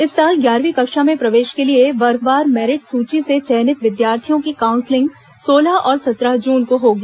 इस साल ग्यारहवीं कक्षा में प्रवेश के लिए वर्गवार मेरिट सूची से चयनित विद्यार्थियों की काऊंसिलिंग सोलह और सत्रह जून को होगी